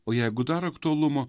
o jeigu dar aktualumo